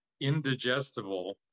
indigestible